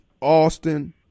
Austin